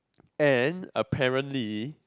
and apparently